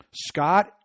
Scott